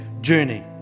journey